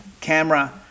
camera